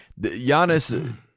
Giannis